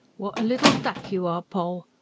what a little duck you are, poll!